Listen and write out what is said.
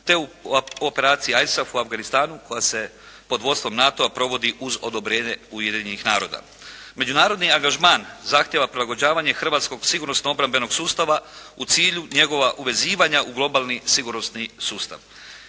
te u operaciji ISAP u Afganistanu koja se pod vodstvom NATO-a provodi uz odobrenje Ujedinjenih Naroda. Međunarodni angažman zahtijeva prilagođavanje hrvatskog sigurno-obrambenog sustava u cilju njegova uvezivanja u globalni sigurnosni sustav.